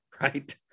right